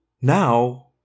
Now